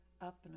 up